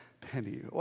penny